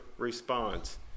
Response